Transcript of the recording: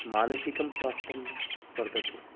मानसिकं स्वास्थ्यं वर्धते